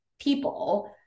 people